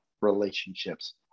relationships